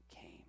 came